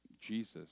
Jesus